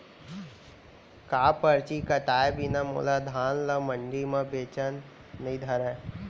का परची कटाय बिना मोला धान ल मंडी म बेचन नई धरय?